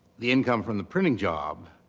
the income from the printing job,